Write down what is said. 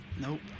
Nope